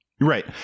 Right